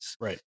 right